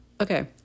Okay